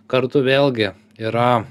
kartu vėlgi yra